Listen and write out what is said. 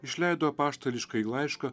išleido apaštališkąjį laišką